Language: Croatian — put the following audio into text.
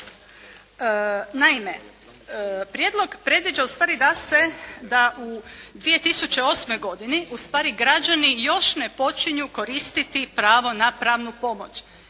Naime, prijedlog predviđa ustvari da se, da u 2008. godini ustvari građani još ne počinju koristiti pravo na pravnu pomoć.